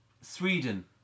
Sweden